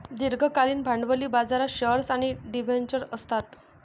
दीर्घकालीन भांडवली बाजारात शेअर्स आणि डिबेंचर्स असतात